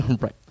Right